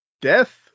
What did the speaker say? death